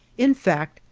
in fact,